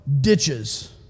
ditches